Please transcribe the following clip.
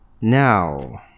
Now